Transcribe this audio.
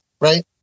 Right